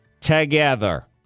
together